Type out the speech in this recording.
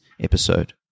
episode